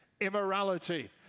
immorality